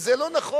וזה לא נכון.